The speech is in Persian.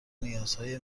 نیازهای